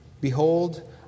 Behold